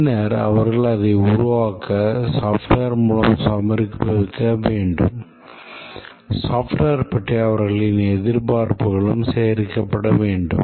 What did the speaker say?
பின்னர் அவர்கள் அதை உருவாக்க software மூலம் சமர்ப்பிக்க வேண்டும் software பற்றிய அவர்களின் எதிர்பார்ப்புகளும் சேகரிக்கப்பட வேண்டும்